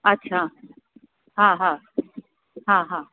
अच्छा हा हा हा हा